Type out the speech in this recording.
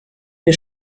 wir